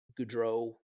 Goudreau